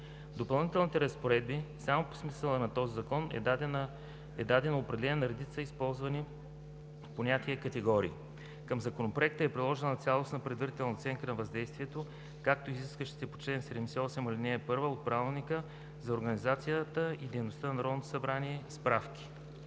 Допълнителните разпоредби само по смисъла на този закон, е дадено определение на редица използвани понятийни категории. Към Законопроекта е приложена Цялостна предварителна оценка на въздействието, както и изискващите се справки по чл. 76, ал. 1 от Правилника за организацията и дейността